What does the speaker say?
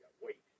wait